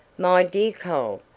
my dear cole,